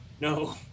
no